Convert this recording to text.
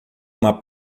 uma